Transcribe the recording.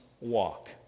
walk